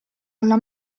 alla